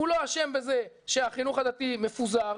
הוא לא אשם בזה שהחינוך הדתי מפוזר,